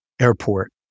Airport